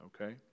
okay